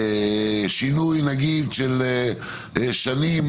שינוי של שנים,